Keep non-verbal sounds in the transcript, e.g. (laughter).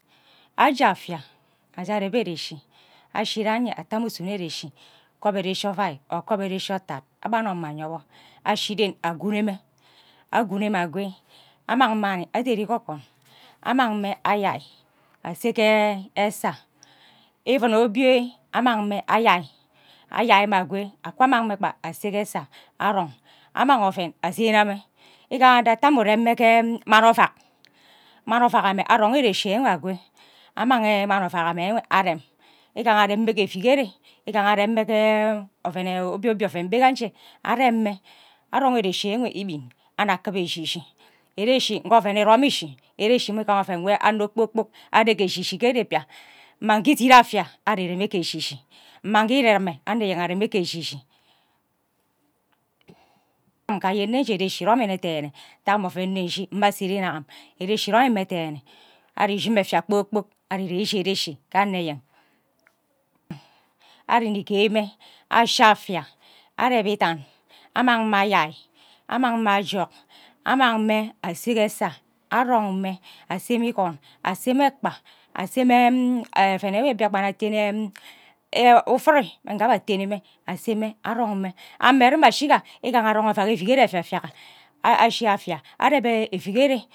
Aje afia aje areb ereshi ashi ran yen ate ovume ure eshi cup eresh ovoi or cup ereshi adat amang mme ashi ren aguno mme aguro mme akwe amang mmani aderi ge okwon among mme ayen ase get esa ivin obie annang mme ayai akwa amang mme gba ase ke ase arong annang oven asene mme ngian ate amme urem mme ke mani ovak mani avak aman kwe amang mani ovak ewe arem nghara arem mme ke evikere ighara arem mme ghe obie obie oven mbe gaje arem mme arong eshie ewe ibui eshi ngor oven irom eshi mmi igaha ovan nwo anono kporkpok are ke eshi eshi ke erebia mma ke idit afia ari ire mme ghe eshi eshi amma nge iririme anno enyeng are mme ge eshi eshi nga ayen nne nje ereshi irom nne dene nta mme oven nne nshi mma ase ren am ereshi iremi nne dene eri nne ishi mme efia kpor kpok ari ire ishi ereshi ke anno enyen ari nne ikie mme ashi afia areb idan annung mme ayai amang mme ajok amang mme ase ge esa arong mme ase mme igun ase mme ekpa ase mme (hesitation) oven enwe mbiakpan aten (hesitation) ufuri mme ngia abhe aten use mme arong mme amme erima ashiga igaha arong ovak evikere eviaviaga ashia afia areb evikere